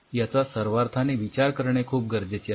याचा सर्वार्थाने विचार करणे खूप गरजेचे आहे